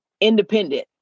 independent